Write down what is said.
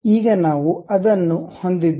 ಈಗ ನಾವು ಅದನ್ನು ಹೊಂದಿದ್ದೇವೆ